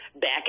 back